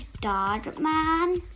Dogman